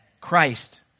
Christ